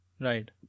right